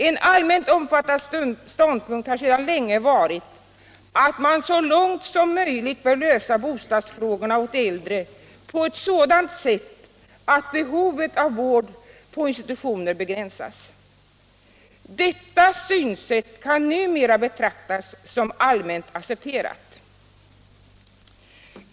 En allmänt omfattad ståndpunkt har varit att man så långt möjligt bör lösa bostadsfrågorna åt de äldre på ett sådant sätt att behovet av vård på institutioner begränsas. Detta synsätt kan numera betraktas som allmänt accepterat.